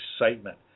excitement